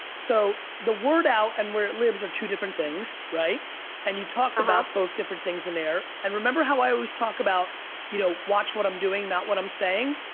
so the word out and where it lives are two different things. and you talked about both different things in there. and remember how i always talk about you know watch what i'm doing not what i'm saying?